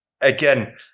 again